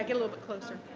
a little but closer?